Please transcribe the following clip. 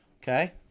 okay